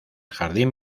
jardín